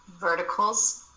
verticals